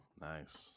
Nice